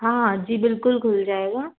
हाँ हाँ जी बिल्कुल खुल जाएगा